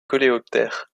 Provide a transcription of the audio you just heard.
coléoptères